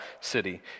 city